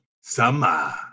summer